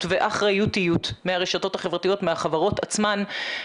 ואחריותיות מהרשתות החברתיות מהחברות עצמן,